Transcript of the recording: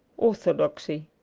orthodoxy